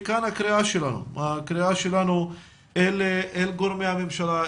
מכאן הקריאה שלנו אל גורמי הממשלה,